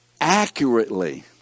accurately